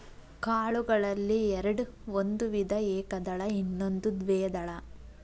ಕಾಳುಗಳಲ್ಲಿ ಎರ್ಡ್ ಒಂದು ವಿಧ ಏಕದಳ ಇನ್ನೊಂದು ದ್ವೇದಳ